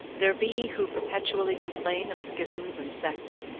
there be who perpetually complain of schisms and sects,